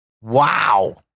wow